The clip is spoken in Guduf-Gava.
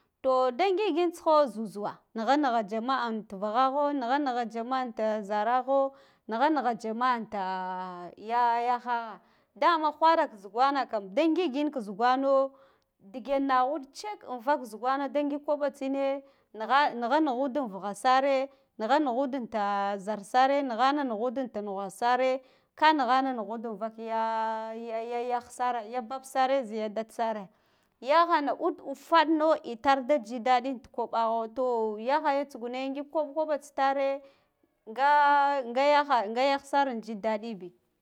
To da ngig tisino zuzuwa nagha nigha jama'a and vughazho nigha nigha jama'a antazaragho nigha nigha jamma'a antaa ya yahagha dama whaka zugwana kam da ngigin ka zugwano dege naghad tsek an vak zugwana da ngig koɓa tsine nagha nighud an vugha sare nigha nighud ta zar sare nighana nughud an ta nughawasare ka nighana nughud vak ya yayyare yan sare ya babsare ziya dad sare yahana ud ufaɗno itar da ji daɗi fi koɓaghoto yahaya tsugune ngig kaɓ kɗa tsitare nga yaha nga yahsar jidaɗibi.